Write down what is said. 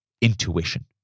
intuition